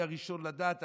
אני הראשון לדעת,